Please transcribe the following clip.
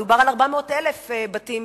מדובר על 400,000 בתים